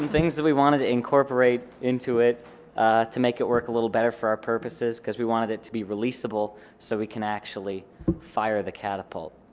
things that we wanted to incorporate into it to make it work a little better for our purposes because we wanted it to be releasable so we can actually fire the catapult